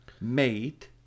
made